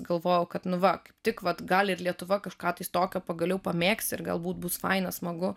galvojau kad nu va kaip tik vat gali ir lietuva kažką tai tokio pagaliau pamėgs ir galbūt bus faina smagu